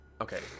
Okay